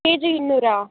ಕೆಜಿಗೆ ಇನ್ನೂರಾ